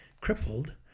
crippled